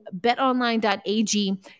betonline.ag